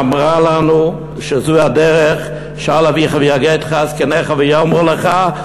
שאמרה לנו שזו הדרך: "שאל אביך ויגדך זקניך ויאמרו לך",